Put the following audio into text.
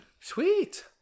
sweet